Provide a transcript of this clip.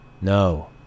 no